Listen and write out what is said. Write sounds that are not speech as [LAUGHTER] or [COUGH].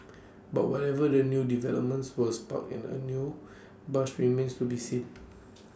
but wherever the new developments were spark in A new buzz remains to be seen [NOISE]